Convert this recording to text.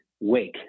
wake